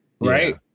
right